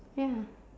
ya